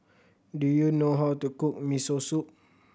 do you know how to cook Miso Soup